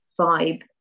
vibe